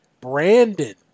brandon